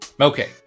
Okay